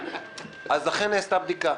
אכן נעשתה בדיקה.